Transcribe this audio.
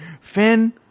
Finn